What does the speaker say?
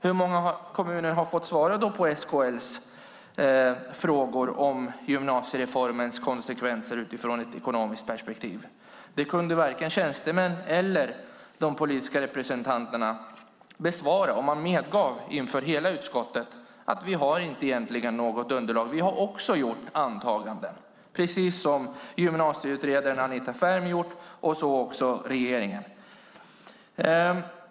Hur många kommuner har då fått svara på SKL:s frågor om gymnasiereformens konsekvenser ur ett ekonomiskt perspektiv? Den frågan kunde varken tjänstemännen eller de politiska representanterna besvara. Man medgav inför hela utskottet att man egentligen inte har något underlag, utan också har gjort antaganden, precis som gymnasieutredaren Anita Ferm och regeringen.